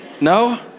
No